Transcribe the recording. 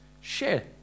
Share